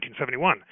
1971